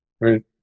Right